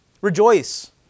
Rejoice